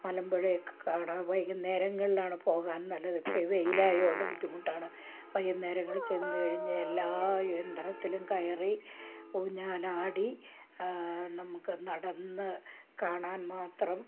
മലമ്പുഴയൊക്കെ കാണാൻ വൈകുന്നേരങ്ങളിലാണ് പോകാൻ നല്ലത് ഇപ്പോൾ വെയിൽ ആയത് കൊണ്ട് ബുദ്ധിമുട്ടാണ് വൈകുന്നേരങ്ങളിൽ ചെന്ന് കഴിഞ്ഞാൽ എല്ലാ യന്ത്രത്തിലും കയറി ഊഞ്ഞാലാടി നമുക്ക് നടന്ന് കാണാൻ മാത്രം